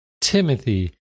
Timothy